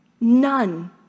None